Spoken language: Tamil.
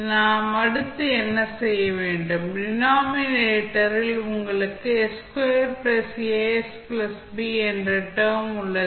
நீங்கள் அடுத்து என்ன செய்ய வேண்டும் டினாமினேட்டர் ல் உங்களுக்கு என்ற டெர்ம் உள்ளது